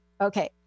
Okay